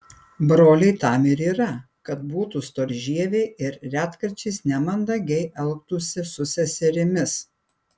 broliai tam ir yra kad būtų storžieviai ir retkarčiais nemandagiai elgtųsi su seserimis